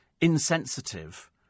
insensitive